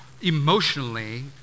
emotionally